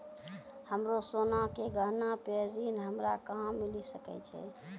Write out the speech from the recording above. हमरो सोना के गहना पे ऋण हमरा कहां मिली सकै छै?